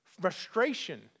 frustration